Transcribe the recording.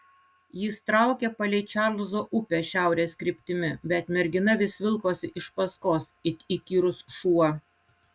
jis traukė palei čarlzo upę šiaurės kryptimi bet mergina vis vilkosi iš paskos it įkyrus šuo